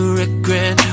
regret